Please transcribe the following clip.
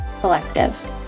Collective